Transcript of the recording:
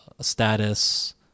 status